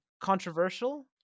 controversial